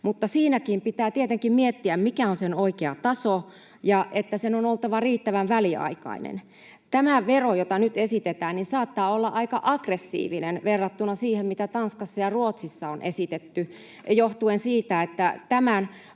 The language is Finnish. mutta siinäkin pitää tietenkin miettiä, mikä on sen oikea taso ja että sen on oltava riittävän väliaikainen. Tämä vero, jota nyt esitetään, saattaa olla aika aggressiivinen verrattuna siihen, mitä Tanskassa ja Ruotsissa on esitetty, johtuen siitä, että tämän voiton